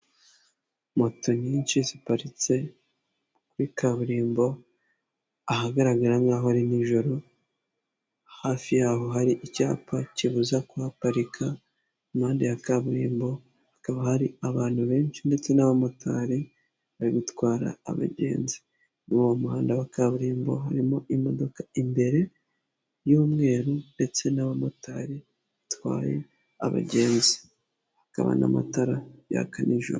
Moto nyinshi ziparitse kuri kaburimbo ahagaragara nk'aho ari nijoro, hafi yaho hari icyapa kibuza kuparika, impande ya kaburimbo hakaba hari abantu benshi ndetse n'abamotari bari gutwara abagenzi, muri uwo muhanda wa kaburimbo harimo imodoka imbere y'umweru ndetse n'abamotari batwaye abagenzi, hakaba n'amatara yaka nijoro.